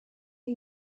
are